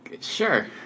Sure